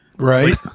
Right